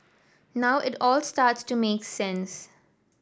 now it all starts to make sense